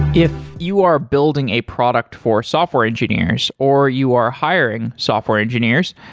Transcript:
if you are building a product for software engineers or you are hiring software engineers,